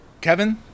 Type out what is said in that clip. Kevin